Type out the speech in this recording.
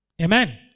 Amen